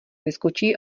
vyskočí